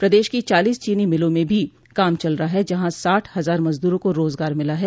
प्रदेश की चालीस चीनी मिलों में भी काम चल रहा है जहां साठ हजार मजदूरों को रोजगार मिला है